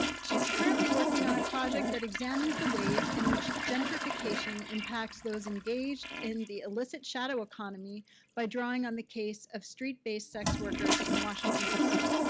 she's currently working on a project that examines the ways in which gentrification impacts those engaged in the illicit shadow economy by drawing on the case of street-based sex workers in washington, dc.